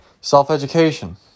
self-education